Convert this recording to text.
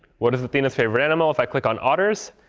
what is athena's favorite animal? if i click on otters,